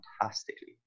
fantastically